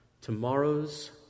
Tomorrow's